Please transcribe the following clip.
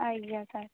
ଆଜ୍ଞା ସାର୍